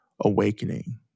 awakening